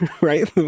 right